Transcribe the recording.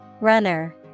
runner